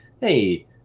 hey